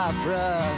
Opera